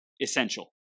essential